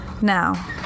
Now